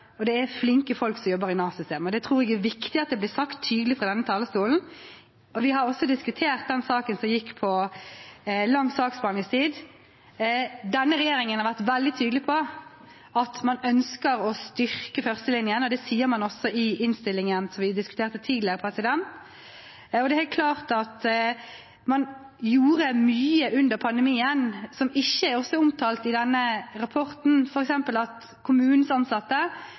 Det er flinke folk som jobber i Nav-systemet, og det tror jeg det er viktig at blir sagt tydelig fra denne talerstolen. Vi har også diskutert saken som gikk på lang saksbehandlingstid. Denne regjeringen har vært veldig tydelig på at man ønsker å styrke førstelinjen, og det sier man også i innstillingen som vi diskuterte tidligere. Det er helt klart at man også gjorde mye under pandemien som ikke er omtalt i denne rapporten, f.eks. at kommunens ansatte